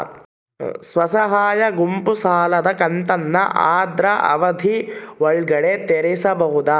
ಸ್ವಸಹಾಯ ಗುಂಪು ಸಾಲದ ಕಂತನ್ನ ಆದ್ರ ಅವಧಿ ಒಳ್ಗಡೆ ತೇರಿಸಬೋದ?